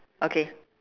okay